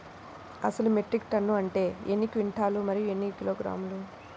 అసలు metric ton అంటే ఎన్ని క్వింటాలు మరియు ఎన్ని కిలోగ్రాములు?